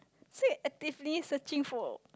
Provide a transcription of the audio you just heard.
so you actively searching for